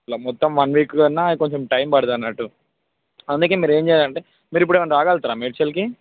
అలా మొత్తం one week అన్నా కొంచెం టైం పడుతుంది అన్నట్టు అందుకే మీరేం చేయాలంటే మీరు ఇప్పుడు ఏమైనా రాగలుగుతారా మేడ్చల్కి